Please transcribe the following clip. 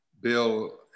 Bill